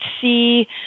see